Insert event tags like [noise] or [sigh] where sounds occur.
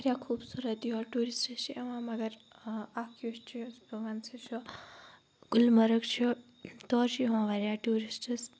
واریاہ خوٗبصوٗرَت یور ٹورِسٹٕس چھِ یِوان مَگَر اَکھ یُس [unintelligible] سُہ چھُ گُلمرگ چھُ تور چھِ یِوان واریاہ ٹورِسٹٕس